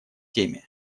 теме